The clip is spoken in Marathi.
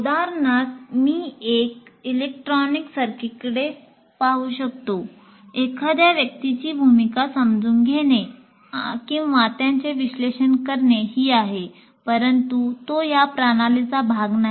उदाहरणार्थ मी इलेक्ट्रॉनिक सर्किटकडे पाहू शकतो एखाद्या व्यक्तीची भूमिका समजून घेणे किंवा त्याचे विश्लेषण करणे ही आहे परंतु तो या प्रणालीचा भाग नाही